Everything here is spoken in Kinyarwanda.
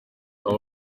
aba